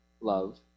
love